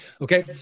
Okay